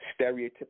stereotypical